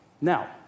Now